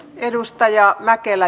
edustaja mäkelä